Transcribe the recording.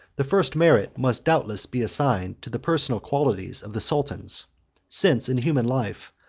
the first merit must doubtless be assigned to the personal qualities of the sultans since, in human life,